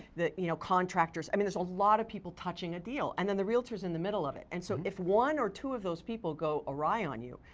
the you know contractors, i mean there is a lot of people touching a deal. and then the realtor is in the middle of it, and so if one, or two of those people go awry on you.